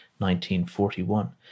1941